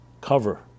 cover